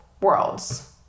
worlds